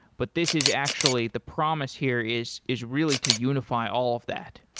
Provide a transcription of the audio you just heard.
but this is actually the promise here is is really to unify all of that.